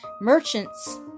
merchants